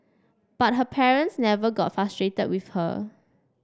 but her parents never got frustrated with her